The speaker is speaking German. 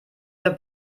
der